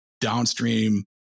downstream